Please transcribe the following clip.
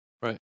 Right